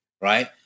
right